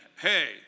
hey